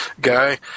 guy